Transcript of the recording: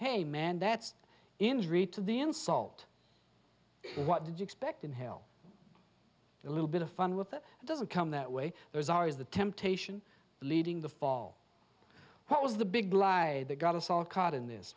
hey man that's injury to the insult what did you expect in hell a little bit of fun with it doesn't come that way there's always the temptation leading the fall what was the big lie that got us all caught in this